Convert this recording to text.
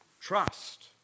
trust